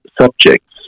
subjects